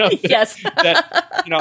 Yes